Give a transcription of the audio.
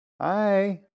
Hi